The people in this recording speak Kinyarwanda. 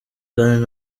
kandi